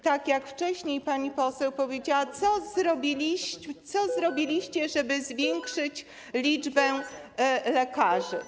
Tak jak wcześniej pani poseł powiedziała: Co zrobiliście, żeby zwiększyć liczbę lekarzy?